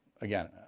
again